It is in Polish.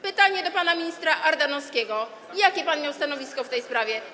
Pytanie do pana ministra Ardanowskiego: Jakie pan miał stanowisko w tej sprawie?